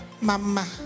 mama